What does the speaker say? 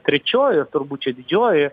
trečioji ir turbūt čia didžioji